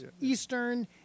Eastern